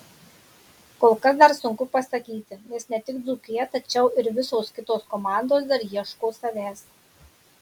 kol kas dar sunku pasakyti nes ne tik dzūkija tačiau ir visos kitos komandos dar ieško savęs